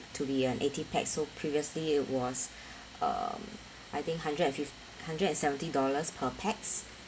to be an eighty pax so previously it was um I think hundred and fif~ hundred and seventy dollars per pax